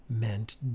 meant